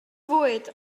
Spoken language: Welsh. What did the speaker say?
fwyd